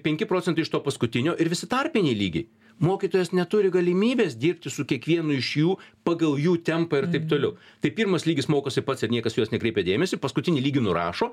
penki procentai iš to paskutinio ir visi tarpiniai lygiai mokytojas neturi galimybės dirbti su kiekvienu iš jų pagal jų tempą ir taip toliau tai pirmas lygis mokosi pats ir niekas į juos nekreipia dėmesį paskutinį lygį nurašo